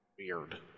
Weird